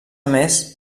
més